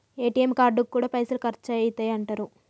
ATM కార్డుకు గూడా పైసలు ఖర్చయితయటరో